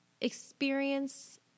experience